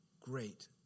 great